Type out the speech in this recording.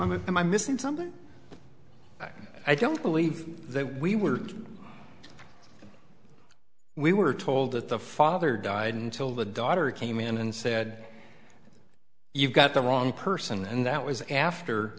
i'm missing something i don't believe that we were we were told that the father died until the daughter came in and said you got the wrong person and that was after